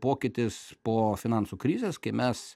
pokytis po finansų krizės kai mes